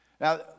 Now